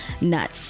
nuts